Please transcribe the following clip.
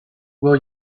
will